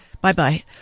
Bye-bye